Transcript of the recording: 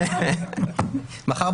אני חושב